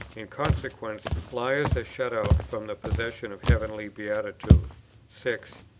in consequence, liars are shut out from the possession of heavenly beatitude. six.